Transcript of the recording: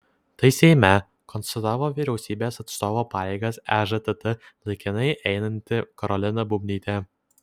tai seime konstatavo vyriausybės atstovo pareigas ežtt laikinai einanti karolina bubnytė